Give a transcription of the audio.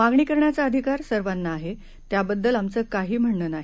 मागणी करण्याचा अधिकार सर्वांना आहे त्याबद्दल आमचं काही म्हणणं नाही